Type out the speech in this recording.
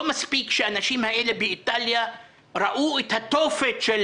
לא מספיק שהאנשים האלה באיטליה ראו את התופת של